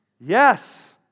Yes